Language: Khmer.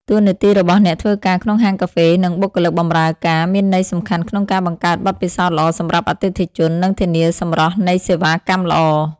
តួនាទីរបស់អ្នកធ្វើការក្នុងហាងកាហ្វេ និងបុគ្គលិកបម្រើការ មានន័យសំខាន់ក្នុងការបង្កើតបទពិសោធន៍ល្អសម្រាប់អតិថិជន និងធានាសម្រស់នៃសេវាកម្មល្អ។